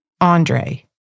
Andre